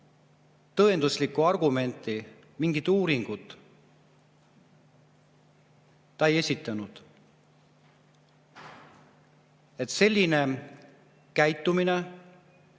tõenduslikku argumenti, mingit uuringut ta ei esitanud. Selline käitumine